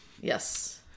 Yes